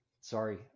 sorry